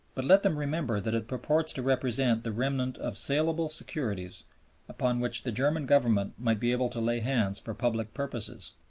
but let them remember that it purports to represent the remnant of saleable securities upon which the german government might be able to lay hands for public purposes.